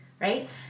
right